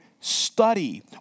study